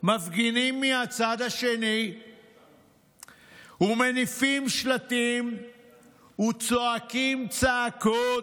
מפגינים מהצד השני ומניפים שלטים וצועקים צעקות: